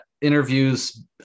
interviews